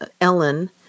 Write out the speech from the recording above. Ellen